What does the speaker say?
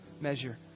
measure